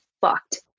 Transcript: fucked